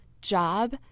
job